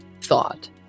thought